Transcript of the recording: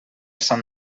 sant